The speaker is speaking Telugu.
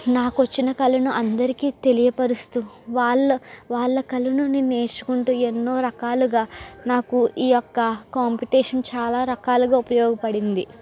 నాకు వచ్చిన కళను అందరికి తెలియపరుస్తూ వాళ్ళ వాళ్ళ కళను నేను నేర్చుకుంటూ ఎన్నో రకాలుగా నాకు ఈ యొక్క కాంపిటీషన్ చాలా రకాలుగా ఉపయోగపడింది